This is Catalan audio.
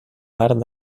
part